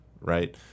right